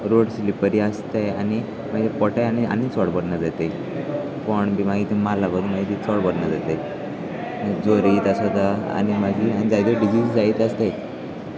road slippery आसताय आनी मागीर पडटा आनी आनी चड बरेना जाताय कोण बी मागीर ते मार लागून मागीर ती चोड बरेना जाताय जोर येत आसोता आनी मागीर आनी जायत्यो डिजीज जायत आसताय